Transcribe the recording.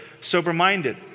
sober-minded